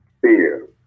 fear